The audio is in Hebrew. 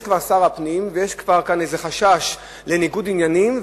יש כבר שר הפנים ויש כאן כבר איזה חשש לניגוד עניינים,